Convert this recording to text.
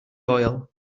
oil